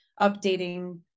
updating